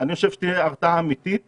אבל אני חושב שתהיה הרתעה אמיתית